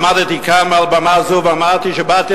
עמדתי כאן מעל במה זו ואמרתי שבאתי